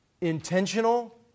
intentional